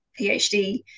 PhD